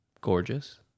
gorgeous